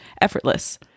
effortless